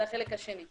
זה החלק השני.